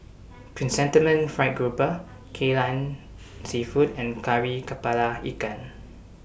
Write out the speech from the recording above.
Chrysanthemum Fried Garoupa Kai Lan Seafood and Kari Kepala Ikan